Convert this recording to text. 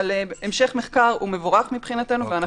אבל המשך מחקר הוא מבורך מבחינתנו.